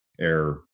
air